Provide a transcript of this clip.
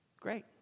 Great